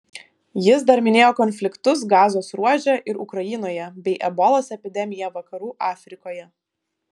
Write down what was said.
jis dar minėjo konfliktus gazos ruože ir ukrainoje bei ebolos epidemiją vakarų afrikoje